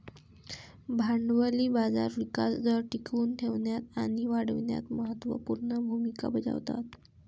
भांडवली बाजार विकास दर टिकवून ठेवण्यात आणि वाढविण्यात महत्त्व पूर्ण भूमिका बजावतात